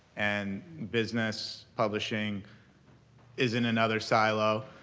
and business publishing is in another silo.